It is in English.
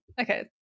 Okay